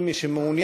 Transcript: כל מי שמעוניין